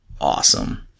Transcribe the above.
awesome